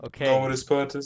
okay